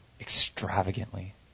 extravagantly